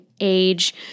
age